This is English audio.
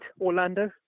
Orlando